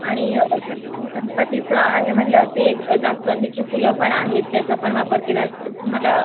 आणि सर गणपतीचं आहे म्हणल्यावरती एक जास्वंदीची फुलं पण आहेत त्याचा पण वापर केला तर ते तुम्हाला